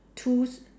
two s~